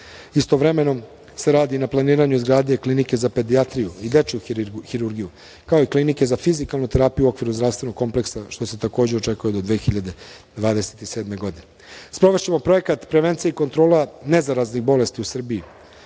meseci. Istovremeno, se radi na planiranju izgradnje klinike za pedijatriju i dečiju hirurgiju, kao i klinike za fizikalnu terapiju u okviru zdravstvenog kompleksa, što se takođe očekuje do 2027. godine. Sprovešćemo projekat prevencije i kontrola nezaraznih bolesti u Srbiji,